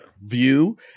view